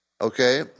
okay